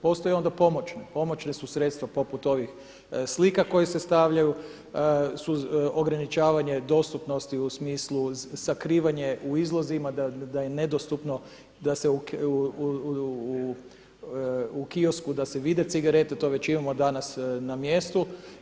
Postoje onda pomoćne, pomoćne su sredstva poput ovih slika koje se stavljaju, ograničavanje dostupnosti u smislu sakrivanje u izlozima da je nedostupno da se u kiosku da se vide cigarete, to već imamo danas na mjestu.